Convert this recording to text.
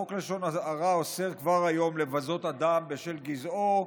חוק לשון הרע אוסר כבר היום לבזות אדם בשל גזעו,